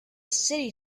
city